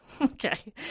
Okay